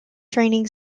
training